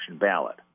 ballot